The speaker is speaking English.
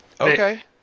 Okay